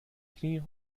knien